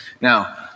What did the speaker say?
Now